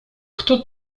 kto